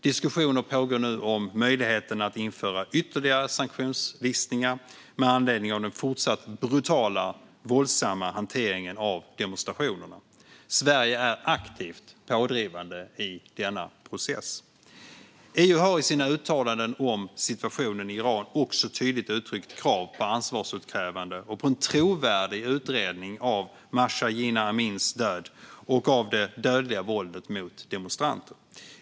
Diskussioner pågår nu om möjligheten att införa ytterligare sanktionslistningar, med anledning av den fortsatt brutalt våldsamma hanteringen av demonstrationerna. Sverige är aktivt pådrivande i denna process. EU har i sina uttalanden om situationen i Iran också tydligt uttryckt krav på ansvarsutkrävande och på en trovärdig utredning av Mahsa Jina Aminis död och av det dödliga våldet mot demonstranter.